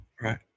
Right